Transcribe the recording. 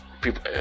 people